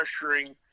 pressuring